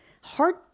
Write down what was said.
hard